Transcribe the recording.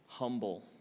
Humble